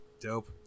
dope